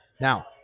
now